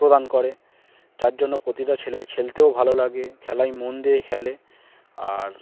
প্রদান করে যার জন্য প্রতিটা ছেলের খেলতেও ভালো লাগে খেলাই মন দিয়ে খেলে আর